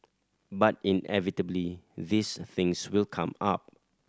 but inevitably these things will come up